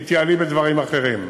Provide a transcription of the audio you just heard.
ותתייעלי בדברים אחרים.